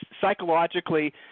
psychologically